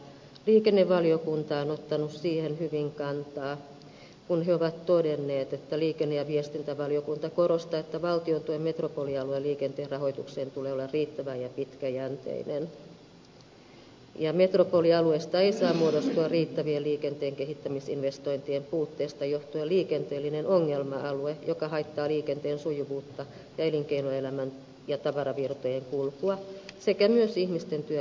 liikennevaliokunta on ottanut siihen hyvin kantaa kun he ovat todenneet että liikenne ja viestintävaliokunta korostaa että valtion tuen metropolialueen liikenteen rahoitukseen tulee olla riittävä ja pitkäjänteinen ja että metropolialueesta ei saa muodostua riittävien liikenteen kehittämisinvestointien puutteesta johtuen liikenteellistä ongelma aluetta joka haittaa liikenteen sujuvuutta ja elinkeinoelämän ja tavaravirtojen kulkua sekä myös ihmisten työ ja asiointimatkoja